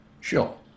Sure